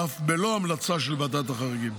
אף בלא המלצה של ועדת החריגים.